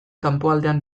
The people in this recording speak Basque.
kanpoaldean